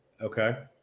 Okay